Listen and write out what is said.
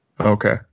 Okay